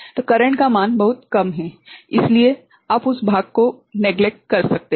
तो करेंट का मान बहुत कम है इसलिए आप उस भाग को उपेक्षित कर सकते हैं